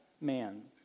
man